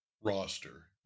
roster